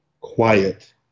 quiet